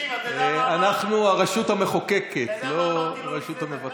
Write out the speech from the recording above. אנחנו הרשות המחוקקת, לא הרשות המבצעת.